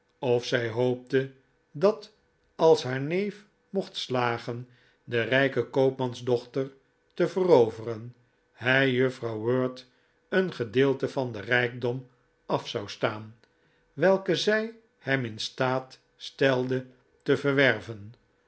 of zij hoopte dat als haar neef mocht slagen de rijke koopmansdochter te veroveren hij juffrouw wirt een gedeelte van den rijkdom af zou staan welken zij hem in staat stelde te verwerven